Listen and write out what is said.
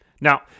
Now